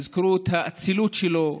יזכרו את האצילות שלו,